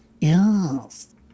Yes